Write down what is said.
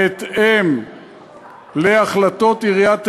בהתאם להחלטות עיריית תל-אביב,